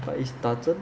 but is 打针